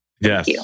Yes